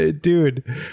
Dude